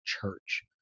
church